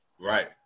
Right